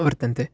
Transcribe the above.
वर्तन्ते